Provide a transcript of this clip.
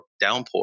downpour